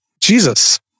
Jesus